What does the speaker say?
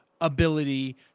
ability